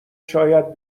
شاید